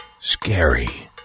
scary